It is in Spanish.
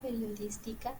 periodística